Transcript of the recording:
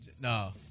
no